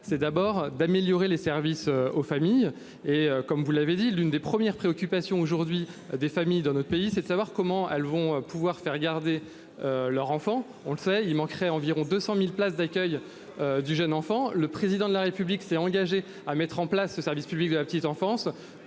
c'est d'abord d'améliorer les services aux familles et comme vous l'avez dit, l'une des premières préoccupations aujourd'hui des familles dans notre pays, c'est de savoir comment elles vont pouvoir faire garder. Leur enfant, on le sait il manquerait environ 200.000 places d'accueil. Du jeune enfant. Le président de la République s'est engagé à mettre en place ce service public de la petite enfance.